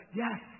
yes